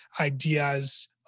ideas